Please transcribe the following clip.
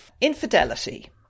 Infidelity